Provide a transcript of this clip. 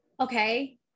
okay